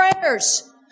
prayers